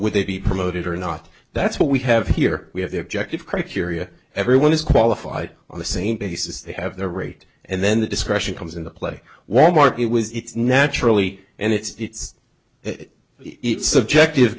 a be promoted or not that's what we have here we have the objective criteria everyone is qualified on the same basis they have the rate and then the discretion comes into play well more it was it's naturally and it's it it's subjective